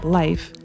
life